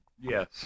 Yes